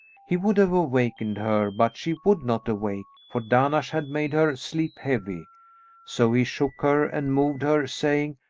he would have awakened her but she would not awake, for dahnash had made her sleep heavy so he shook her and moved her, saying,